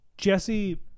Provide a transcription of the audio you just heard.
Jesse